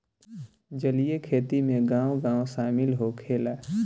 जलीय खेती में गाँव गाँव शामिल होखेला